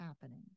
happening